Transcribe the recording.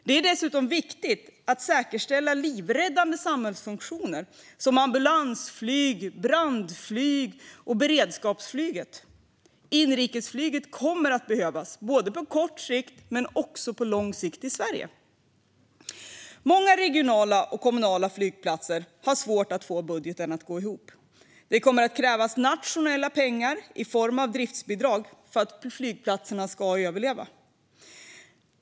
Det är dessutom viktigt att säkerställa livräddande samhällsfunktioner som ambulansflyg, brandflyg och beredskapsflyg. Inrikesflyget kommer att behövas på både kort och lång sikt i Sverige. Många regionala och kommunala flygplatser har svårt att få budgeten att gå ihop. Det kommer att krävas nationella pengar i form av driftsbidrag för att flygplatserna ska överleva.